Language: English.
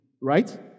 Right